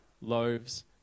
loaves